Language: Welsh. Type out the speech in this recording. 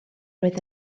roedd